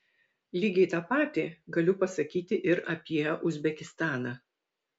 lygiai tą patį galiu pasakyti ir apie uzbekistaną